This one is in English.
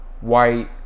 white